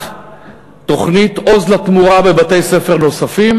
תוכנית "עוז לתמורה" בבתי-ספר נוספים,